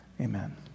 amen